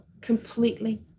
Completely